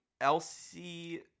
Elsie